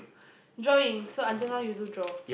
drawings so until now you don't draw